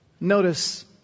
Notice